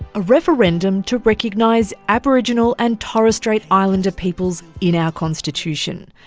a referendum to recognise aboriginal and torres strait islander peoples in our constitution.